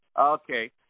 Okay